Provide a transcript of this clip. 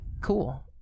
cool